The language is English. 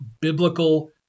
biblical